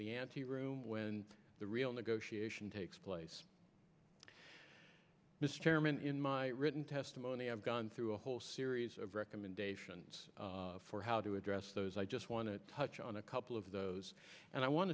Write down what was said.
the ante room when the real negotiation takes place mr chairman in my written testimony i've gone through a whole series of recommendations for how to address those i just want to touch on a couple of those and i want